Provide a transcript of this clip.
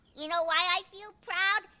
you know why i feel proud?